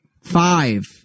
Five